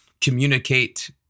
communicate